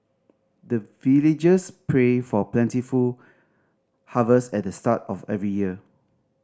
the villagers pray for plentiful harvest at the start of every year